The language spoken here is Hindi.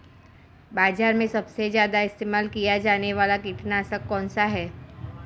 बाज़ार में सबसे ज़्यादा इस्तेमाल किया जाने वाला कीटनाशक कौनसा है?